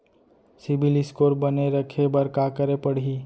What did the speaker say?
CIBIL score बने रखे बर का करे पड़ही?